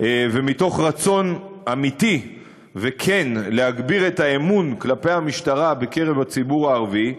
ומתוך רצון אמיתי וכן להגביר את האמון כלפי המשטרה בקרב הציבור הערבי,